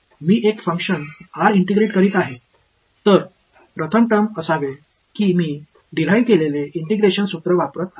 मी एक function R integrate करीत आहे तर प्रथम टर्म असावे की मी डिराईव केलेले इंटिग्रेशन सूत्र वापरत आहे